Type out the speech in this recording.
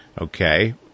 Okay